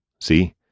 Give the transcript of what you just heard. See